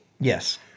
Yes